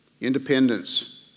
independence